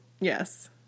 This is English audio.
Yes